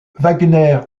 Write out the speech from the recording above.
wagner